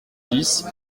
dix